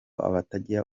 abatagira